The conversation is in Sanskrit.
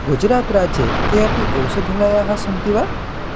गुजरात् राज्ये के अपि औषधालयाः सन्ति वा